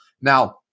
Now